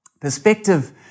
Perspective